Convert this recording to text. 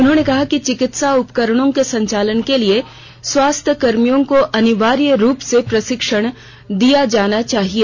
उन्होंने कहा कि चिकित्सा उपकरणों के संचालन के लिए स्वास्थ्य कर्मियों को अनिवार्य रूप से प्रशिक्षण दिया जाना चाहिए